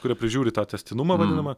kurie prižiūri tą tęstinumą vadinamą